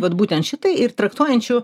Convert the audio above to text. vat būtent šitai ir traktuojančių